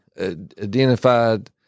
identified